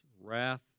wrath